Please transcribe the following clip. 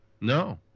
No